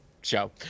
show